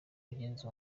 mugenzi